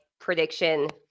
prediction